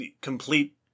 complete